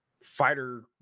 fighter